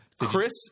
Chris